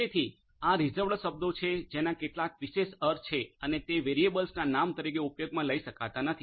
તેથી આ રીઝર્વડ શબ્દો છે જેના કેટલાક વિશેષ અર્થ છે અને જે વેરિયેબલ્સના નામ તરીકે ઉપયોગમાં લઈ શકાતા નથી